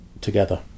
together